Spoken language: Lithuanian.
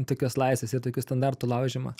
tokios laisvės ir tokių standartų laužymą